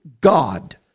God